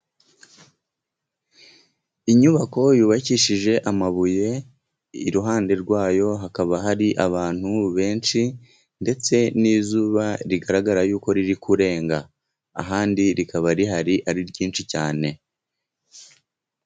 Inyubako yubakishije amabuye iruhande rwayo hakaba hari abantu benshi, ndetse n'izuba rigaragara yuko riri kurenga ahandi rikaba rihari ari ryinshi cyane.